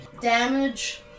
Damage